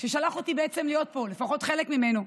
ששלח אותי בעצם להיות פה, לפחות חלק ממנו,